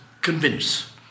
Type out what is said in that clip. convince